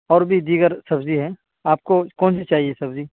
اور بھی دیگر سبزی ہے آپ کو کون سی چاہیے سبزی